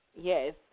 yes